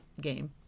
game